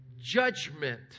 judgment